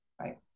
Right